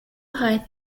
hide